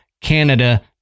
Canada